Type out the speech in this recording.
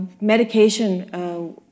Medication